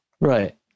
Right